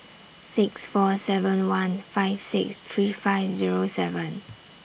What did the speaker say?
six four seven one five six three five Zero seven